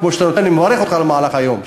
כמו שאתה נותן, אני מעריך אותך על המהלך שעשיתם,